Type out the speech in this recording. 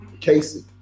Casey